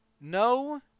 no